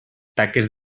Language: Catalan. taques